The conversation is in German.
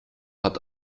hat